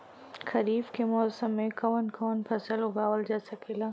खरीफ के मौसम मे कवन कवन फसल उगावल जा सकेला?